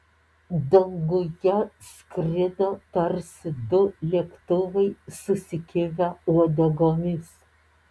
danguje skrido tarsi du lėktuvai susikibę uodegomis